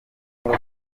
kuba